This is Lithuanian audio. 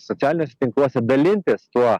socialiniuose tinkluose dalintis tuo